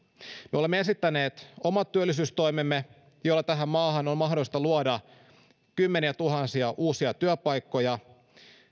me olemme esittäneet omat työllisyystoimemme joilla tähän maahan on mahdollista luoda kymmeniätuhansia uusia työpaikkoja